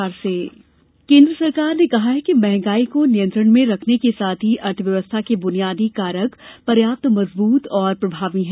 महंगाई केन्द्र सरकार ने कहा है कि महंगाई को नियंत्रण में रखने के साथ ही अर्थव्यवस्था के बुनियादी कारक पर्याप्त मजबूत और प्रभावी हैं